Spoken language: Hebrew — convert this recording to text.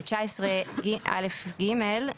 ו-19א(ג),